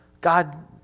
God